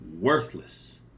worthless